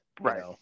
Right